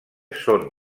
són